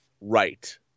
right